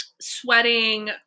sweating